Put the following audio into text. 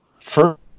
First